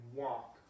walk